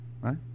right